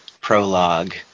prologue